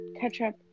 ketchup